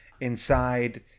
inside